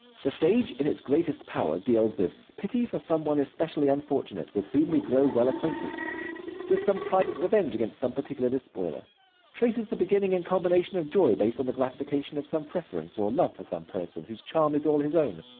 the stage in its greatest power deals with pity for some one especially unfortunate, with whom we grow well acquainted with some private revenge against some particular despoiler traces the beginning and culmination of joy based on the gratification of some preference, or love for some person, whose charm is all his own.